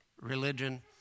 religion